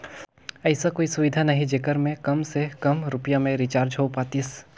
ऐसा कोई सुविधा नहीं जेकर मे काम से काम रुपिया मे रिचार्ज हो पातीस?